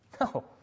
No